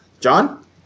John